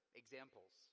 examples